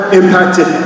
impacted